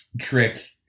trick